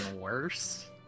worse